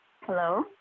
Hello